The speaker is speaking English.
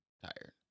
tired